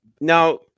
now